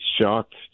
shocked